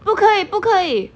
不可以不可以